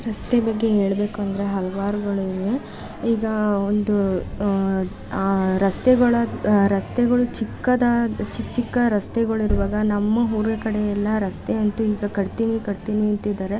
ರಸ್ತೆ ಬಗ್ಗೆ ಹೇಳಬೇಕು ಅಂದರೆ ಹಲವಾರುಗಳಿವೆ ಈಗ ಒಂದು ಆ ರಸ್ತೆಗಳ ಆ ರಸ್ತೆಗಳು ಚಿಕ್ಕದಾಗಿ ಚಿಕ್ಕ ಚಿಕ್ಕ ರಸ್ತೆಗಳಿರುವಾಗ ನಮ್ಮ ಊರ ಕಡೆಯೆಲ್ಲ ರಸ್ತೆಯಂತೂ ಈಗ ಕಟ್ತೀನಿ ಕಟ್ತೀನಿ ಅಂತಿದ್ದಾರೆ